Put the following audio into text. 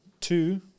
two